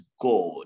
God